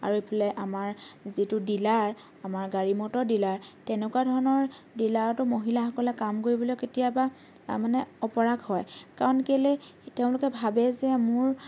আৰু এইফালে আমাৰ যিটো ডিলাৰ আমাৰ গাড়ী মটৰৰ ডিলাৰ তেনেকুৱা ধৰণৰ ডিলাৰটো মহিলাসকলে কাম কৰিবলৈ কেতিয়াবা মানে অপৰাগ হয় কাৰণ কেলৈ তেওঁলোকে ভাবে যে মোৰ